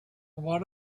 what